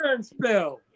spell